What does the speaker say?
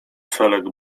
felek